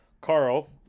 Carl